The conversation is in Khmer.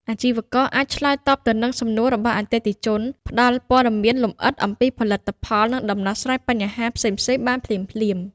អាជីវករអាចឆ្លើយតបទៅនឹងសំណួររបស់អតិថិជន ផ្ដល់ព័ត៌មានលម្អិតអំពីផលិតផល និងដោះស្រាយបញ្ហាផ្សេងៗបានភ្លាមៗ។